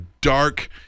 dark